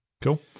Cool